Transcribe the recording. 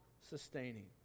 sustaining